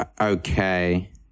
okay